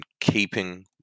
keeping